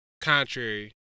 contrary